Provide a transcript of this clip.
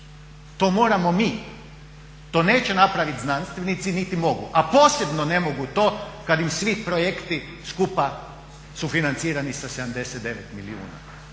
to moramo mi, to neće napraviti znanstvenici niti mogu, a posebno ne mogu to kad im svi projekti skupa su financirani sa 79 milijuna.